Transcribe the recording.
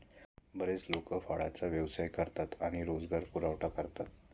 बरेच लोक फळांचा व्यवसाय करतात आणि रोजगार पुरवठा करतात